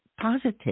positive